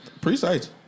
Precise